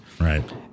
Right